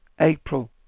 April